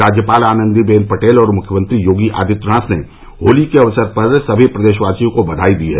राज्यपाल आनंदीबेन पटेल और मुख्यमंत्री योगी आदित्यनाथ ने होली के अवसर पर सभी प्रदेशवासियों को बधाई दी है